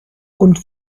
und